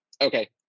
Okay